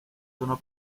sono